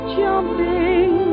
jumping